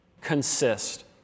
consist